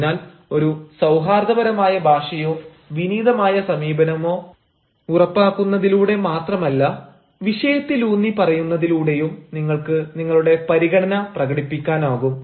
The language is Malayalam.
അതിനാൽ ഒരു സൌഹാർദ്ദപരമായ ഭാഷയോ വിനീതമായ സമീപനമോ ഉറപ്പാക്കുന്നതിലൂടെ മാത്രമല്ല വിഷയത്തിലൂന്നി പറയുന്നതിലൂടെയും നിങ്ങൾക്ക് നിങ്ങളുടെ പരിഗണന പ്രകടിപ്പിക്കാനാകും